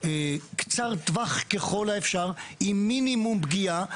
קצר טווח ככל האפשר, עם מינימום פגיעה.